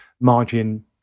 margin